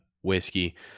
whiskey